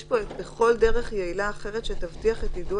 יש פה את: "בכל דרך יעילה אחרת שתבטיח את יידוע